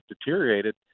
deteriorated